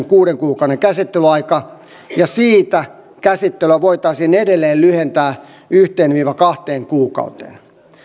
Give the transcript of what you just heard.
kuuden kuukauden käsittelyaika ja siitä käsittelyä voitaisiin edelleen lyhentää yhteen viiva kahteen kuukauteen